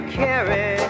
carry